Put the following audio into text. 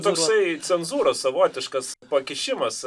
toksai cenzūros savotiškas pakišimas